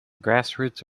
grassroots